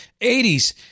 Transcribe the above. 80s